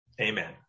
Amen